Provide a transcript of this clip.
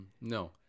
No